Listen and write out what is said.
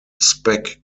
spec